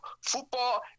football